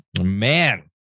Man